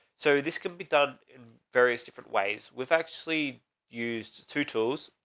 so this can be done in various different ways. we've actually used two tools.